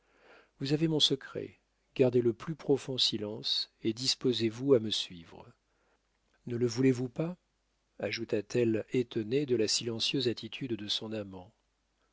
vous avez mon secret gardez le plus profond silence et disposez vous à me suivre ne le voulez-vous pas ajouta-t-elle étonnée de la silencieuse attitude de son amant